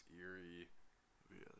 eerie